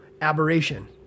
aberration